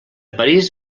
parís